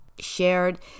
shared